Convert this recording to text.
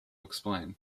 explain